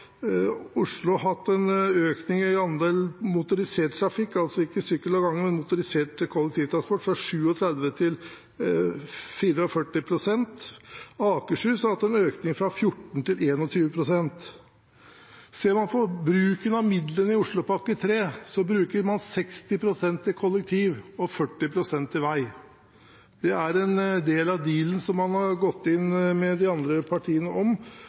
Oslo hatt en økning i andel motorisert trafikk – altså ikke sykkel og gange, men motorisert kollektivtransport – fra 37 til 44 pst., og Akershus har hatt en økning fra 14 til 21 pst. Ser man på bruken av midlene i Oslopakke 3, bruker man 60 pst. til kollektiv og 40 pst. til vei. Det er en del av «dealen» som man har gått inn i med de andre partiene,